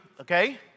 okay